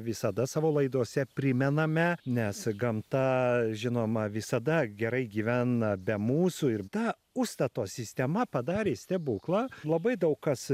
visada savo laidose primename nes gamta žinoma visada gerai gyvena be mūsų ir ta užstato sistema padarė stebuklą labai daug kas